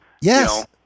Yes